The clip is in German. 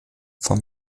vom